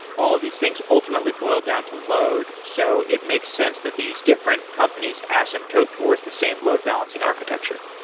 all of these things ultimately boil down to load, so it makes sense that these different companies asymptote towards the same load-balancing architecture.